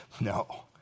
No